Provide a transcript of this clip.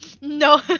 no